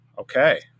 Okay